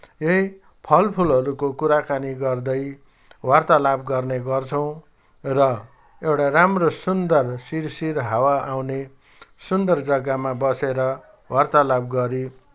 यही फल फुलहरूको कुराकानी गर्दै वार्तालाप गर्ने गर्छौँ र एउटा राम्रो सुन्दर सिरसिर हावा आउने सुन्दर जग्गामा बसेर वार्तालाप गरि